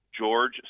George